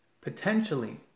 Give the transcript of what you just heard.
potentially